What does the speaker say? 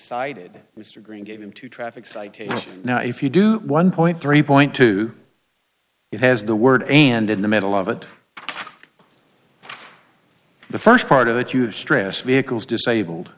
cited mr green given to traffic citation now if you do one point three point two it has the word and in the middle of it the first part of that huge stress vehicles disabled